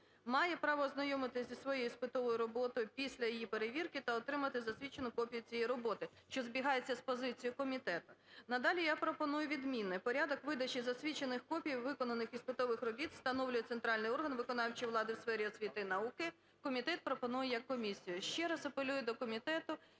має право ознайомитися зі своєю іспитовою роботою після її перевірки та отримати засвідчену копію цієї роботи, що збігається з позицією комітету. Надалі я пропоную відміну: "Порядок видачі засвідчених копій виконаних іспитових робіт встановлює центральний орган виконавчої влади в сфері освіти і науки". Комітет пропонує як комісію. Ще раз апелюю до комітету